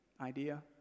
idea